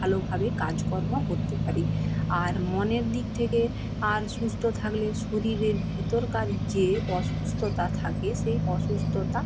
ভালোভাবে কাজকর্ম করতে পারি আর মনের দিক থেকে আর সুস্থ থাগলে শরীরের ভেতরকার যে অসুস্থতা থাকে সেই অসুস্থতা